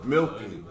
Milky